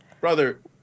brother